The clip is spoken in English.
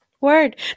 Word